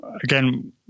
again